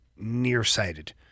nearsighted